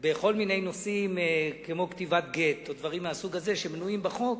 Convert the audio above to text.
בכל מיני נושאים כמו כתיבת גט או דברים מהסוג הזה שמנויים בחוק,